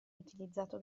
utilizzato